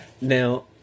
now